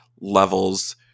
levels